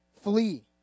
Flee